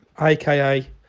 aka